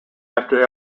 after